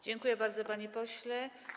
Dziękuję bardzo, panie pośle.